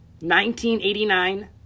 1989